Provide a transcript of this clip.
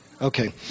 Okay